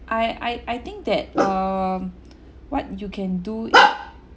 I I I think that um what you can do